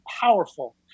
powerful